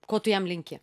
ko tu jam linki